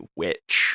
witch